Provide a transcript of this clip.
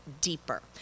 deeper